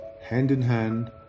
hand-in-hand